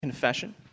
confession